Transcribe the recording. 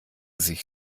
sich